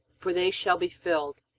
for they shall be filled.